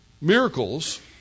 Miracles